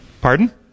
pardon